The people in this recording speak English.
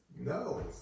No